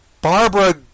Barbara